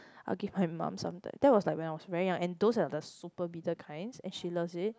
I will give my mum some th~ that was like when I was very young and those are the super bitter kinds and she loves it